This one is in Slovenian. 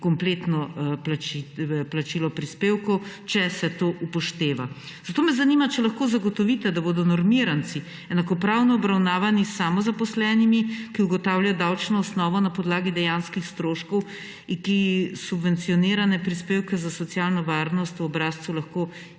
kompletno plačilo prispevkov, če se to upošteva. Zato me zanima: Ali lahko zagotovite, da bodo normiranci enakopravno obravnavani s samozaposlenimi, ki ugotavljajo davčno osnovo na podlagi dejanskih stroškov in ki subvencionirane prispevke za socialno varnost v obrazcu lahko izvzamejo